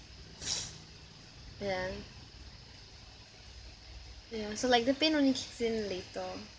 ya ya so like the pain only kicks in later